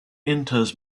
enters